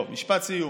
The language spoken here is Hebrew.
טוב, משפט סיום.